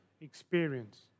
experience